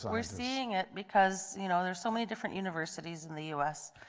we are seeing it because you know there are so many different universities in the u s.